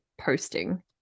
posting